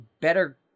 Better